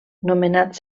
nomenat